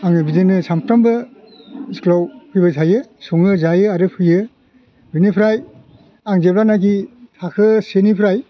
आङो बिदिनो सानफ्रामबो इस्कुलाव फैबाय थायो सङो जायो आरो फैयो बिनिफ्राय आं जेब्लानाखि थाखो सेनिफ्राय